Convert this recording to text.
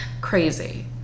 crazy